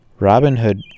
Robinhood